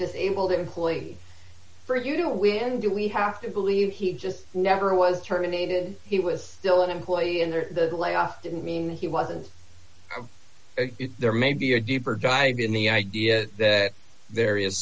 disabled employee for you know we and do we have to believe he just never was terminated he was still an employee under the layoff didn't mean he was there may be a deeper dive in the idea that there is